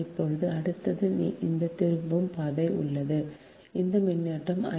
இப்போது அடுத்தது இந்த திரும்பும் பாதை உள்ளது இந்த மின்னோட்டம் I m